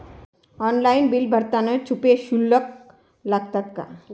Online bill भरताना छुपे शुल्क लागतात का?